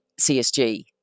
CSG